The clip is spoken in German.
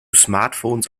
smartphones